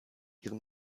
ihrem